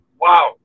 Wow